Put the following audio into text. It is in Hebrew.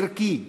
ערכי וחינוכי,